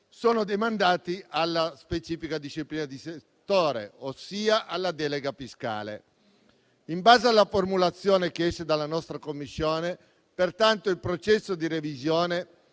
sono demandati alla specifica disciplina di settore, ossia alla delega fiscale. In base alla formulazione che esce dalla nostra Commissione, pertanto, il processo di revisione